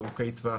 ארוכי טווח,